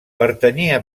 pertanyia